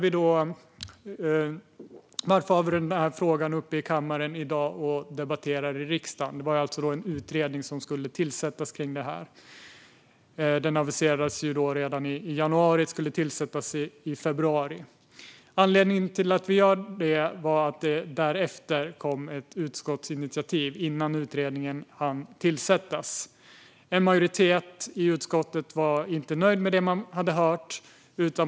En utredning kring detta aviserades alltså redan i januari och skulle tillsättas i februari. Varför har vi då den här frågan uppe för debatt i riksdagens kammare i dag? Anledningen till det är att det kom ett utskottsinitiativ innan utredningen hann tillsättas. En majoritet i utskottet var inte nöjd med det man hade hört.